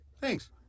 Thanks